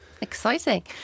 Exciting